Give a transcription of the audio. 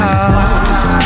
House